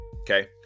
Okay